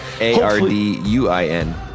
A-R-D-U-I-N